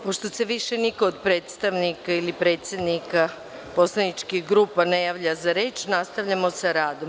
Pošto se više niko od predstavnika ili predsednika poslaničkih grupa ne javlja za reč, nastavljamo sa radom.